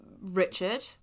richard